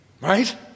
right